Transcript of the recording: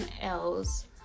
else